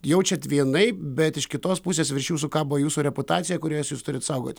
jaučiat vienaip bet iš kitos pusės virš jūsų kabo jūsų reputacija kurią jūs turit saugot